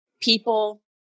people